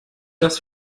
das